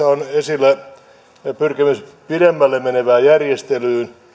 on esillä pyrkimys pidemmälle menevään järjestelyyn